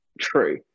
true